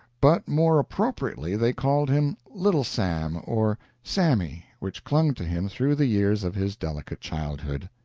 but more appropriately they called him little sam, or sammy, which clung to him through the years of his delicate childhood.